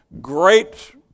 Great